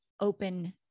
open